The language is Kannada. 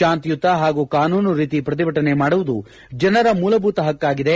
ಶಾಂತಿಯುತ ಹಾಗೂ ಕಾನೂನು ರೀತಿ ಪ್ರತಿಭಟನೆ ಮಾಡುವುದು ಜನರ ಮೂಲಭೂತ ಹಕ್ಕಾಗಿದೆ